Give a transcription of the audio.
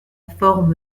forme